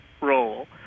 role